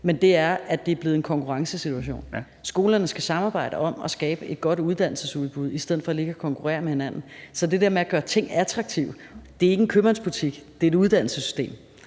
– er, at det er blevet gjort til en konkurrencesituation. Skolerne skal samarbejde om at skabe et godt uddannelsesudbud i stedet for at ligge og konkurrere med hinanden. Så hvad angår det der med at gøre ting attraktive, vil jeg sige, at det ikke er en købmandsbutik, det er et uddannelsessystem,